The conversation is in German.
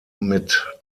mit